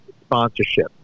sponsorship